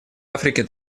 африке